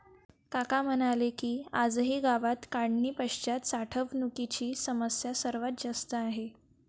काका म्हणाले की, आजही गावात काढणीपश्चात साठवणुकीची समस्या सर्वात जास्त आहे